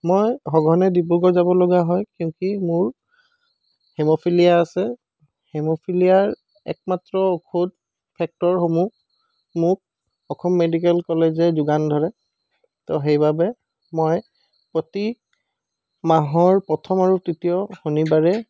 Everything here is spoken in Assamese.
মই সঘনে ডিব্ৰুগড় যাব লগা হয় কিউ কি মোৰ হিম'ফেলিয়া আছে হিম'ফেলিয়াৰ একমাত্ৰ ঔষধ ফেক্টৰসমূহ মোক অসম মেডিকেল কলেজে যোগান ধৰে তো সেইবাবে মই প্ৰতি মাহৰ প্ৰথম আৰু তৃতীয় শনিবাৰে